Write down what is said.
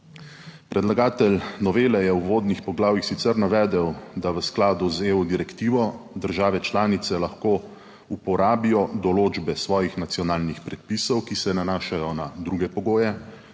Predlagatelj novele je v uvodnih poglavjih sicer navedel, da v skladu z direktivo EU države članice lahko uporabijo določbe svojih nacionalnih predpisov, ki se nanašajo na druge pogoje,